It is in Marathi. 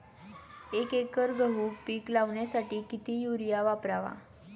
एक एकर गहू पीक लावण्यासाठी किती युरिया वापरावा?